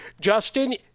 Justin